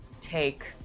take